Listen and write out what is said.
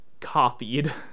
copied